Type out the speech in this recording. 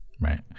Right